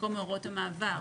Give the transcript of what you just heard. במקום הוראות המעבר,